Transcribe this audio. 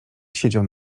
siedział